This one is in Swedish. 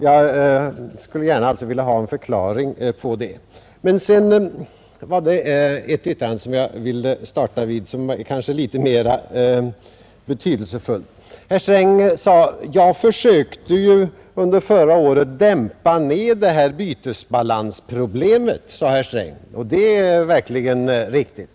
Det skulle jag gärna vilja ha en förklaring på. Det är emellertid närmast en annan och mera betydelsefull sak som jag här vill ta upp. Herr Sträng sade att han under förra året försökte dämpa ned bytesbalansproblemet, och det är alldeles riktigt.